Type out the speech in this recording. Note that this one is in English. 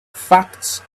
facts